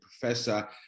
Professor